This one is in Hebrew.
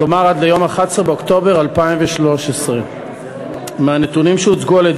כלומר עד ליום 11 באוקטובר 2013. מהנתונים שהוצגו על-ידי